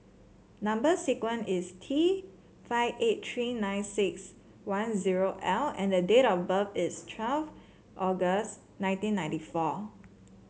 number sequence is T five eight three nine six one zero L and the date of birth is twelve August nineteen ninety four